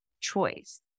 choice